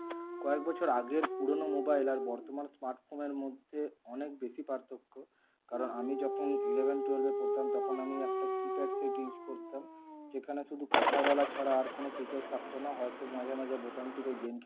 কয়েক বছর আগের পুরোনো মোবাইল আর বর্তমান স্মার্ট ফোনের মধ্যে অনেক বেশি পার্থক্য কারণ আমি যখন ইলেভেন টুয়েলভে পড়তাম তখন আমি একটা কিপ্যাড সেট ইউজ করতাম যেখানে শুধু কথা বলা ছাড়া আর কোনো ফিচার্স থাকতো না হয়তো মাঝে মাঝে বোতাম টিপে গেম খেলে নিতাম